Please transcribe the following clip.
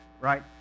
right